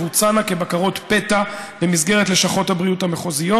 הבקרות תבוצענה כבקרות פתע במסגרת לשכות הבריאות המחוזיות.